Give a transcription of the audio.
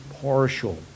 partial